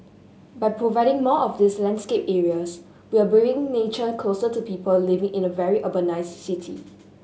by providing more of these landscape areas we're bringing nature closer to people living in a very urbanised city